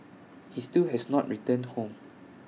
he still has not returned home